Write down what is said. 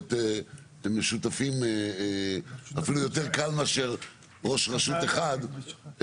שבהחלט משותפים, אפילו יותר קל מאשר ראש רשות אחת.